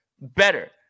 better